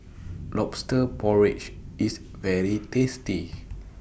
Lobster Porridge IS very tasty